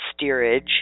steerage